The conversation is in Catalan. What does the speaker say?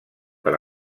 per